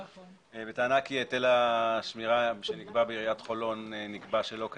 כי היטל השמירה שנגבה בעיריית חולון נגבה שלא כדין.